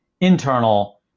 internal